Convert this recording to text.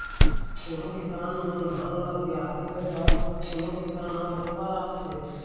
कोनो किसान मन धान ल बियासथे त कोनो किसान ह रोपा राखथे